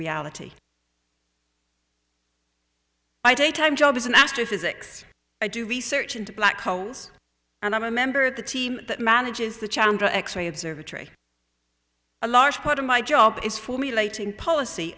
reality i daytime job as an astrophysics i do research into black holes and i'm a member of the team that manages the chandra x ray observatory a large part of my job is formulating policy